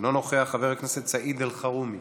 אינו נוכח, חבר הכנסת סעיד אלחרומי